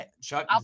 Chuck